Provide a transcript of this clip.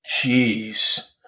Jeez